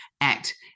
Act